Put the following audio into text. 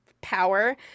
power